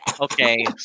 okay